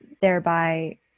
thereby